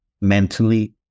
mentally